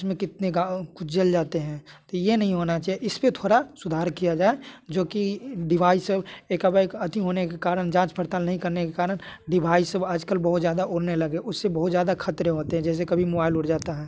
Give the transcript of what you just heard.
उसमें कितने गाँव खुद जल जाते हैं तो ये नहीं होना चाहिए इस पे थोड़ा सुधार किया जाए जो कि डिवाइस होने के कारण जाँच पड़ताल नहीं करने के कारण डिवाइस सब आज कल बहुत ज़्यादा उड़ने लगे उससे बहुत ज्यादा खतरे होते हैं जैसे कभी मोबाइल उड़ जाता है